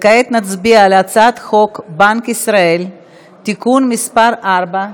כעת נצביע על הצעת חוק בנק ישראל (תיקון מס' 4)